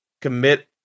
commit